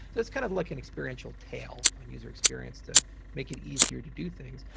so it's kind of like an experiential tale on user experience to make it easier to do things,